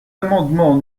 amendements